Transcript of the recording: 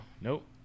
nope